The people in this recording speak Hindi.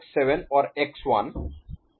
तो वास्तव में इसका क्या मतलब है